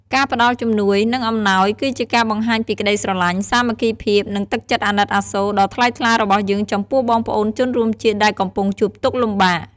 ការផ្តល់ជំនួយ និងអំណោយគឺជាការបង្ហាញពីក្តីស្រលាញ់ សាមគ្គីភាព និងទឹកចិត្តអាណិតអាសូរដ៏ថ្លៃថ្លារបស់យើងចំពោះបងប្អូនជនរួមជាតិដែលកំពុងជួបទុក្ខលំបាក។